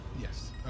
Yes